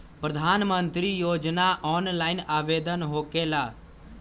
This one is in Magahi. प्रधानमंत्री योजना ऑनलाइन आवेदन होकेला?